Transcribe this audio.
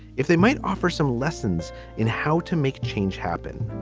if they might offer some lessons in how to make change happen.